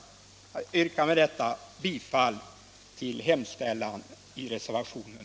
Jag yrkar med detta bifall till hemställan i reservationen.